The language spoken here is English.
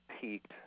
peaked